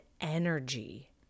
energy